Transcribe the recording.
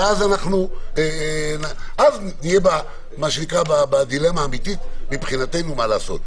ואז אנחנו נהיה בדילמה האמיתית מבחינתנו מה לעשות.